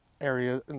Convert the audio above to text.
area